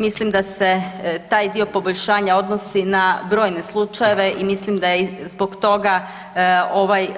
Mislim da se taj dio poboljšanja odnosi na brojne slučajeve i mislim da je i zbog toga ovaj